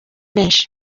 benshi